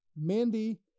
Mandy